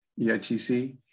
EITC